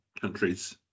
countries